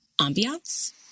ambiance